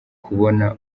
kubona